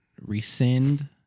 rescind